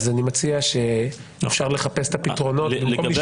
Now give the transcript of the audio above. אז אני מציע שאפשר לחפש את הפתרונות --- לגבי